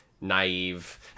naive